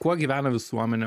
kuo gyvena visuomenė